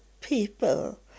people